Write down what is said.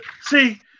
see